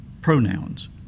pronouns